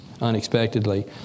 unexpectedly